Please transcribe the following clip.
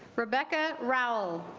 rebecca raul